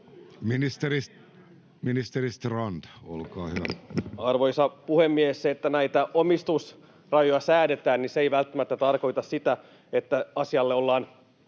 Time: 16:12 Content: Arvoisa puhemies! Se, että näitä omistusrajoja säädetään, ei välttämättä tarkoita sitä, että asialle ollaan